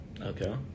Okay